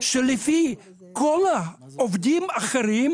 שלפי כל העובדים האחרים,